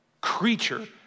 creature